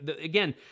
again